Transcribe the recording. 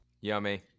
Yummy